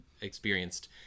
experienced